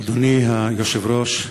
אדוני היושב-ראש,